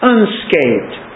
Unscathed